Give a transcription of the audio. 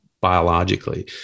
biologically